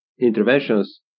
interventions